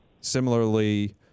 Similarly